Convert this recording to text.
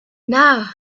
now